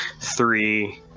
Three